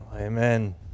Amen